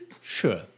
Sure